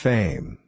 Fame